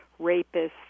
rapists